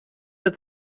that